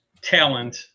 talent